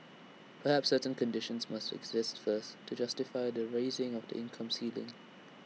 perhaps certain conditions must exist first to justify the raising of income ceiling